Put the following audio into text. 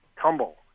tumble